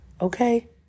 Okay